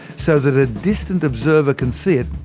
so that a distant observer can see it,